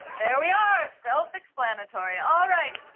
there we are. self-explanatory. all right.